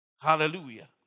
Hallelujah